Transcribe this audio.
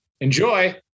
Enjoy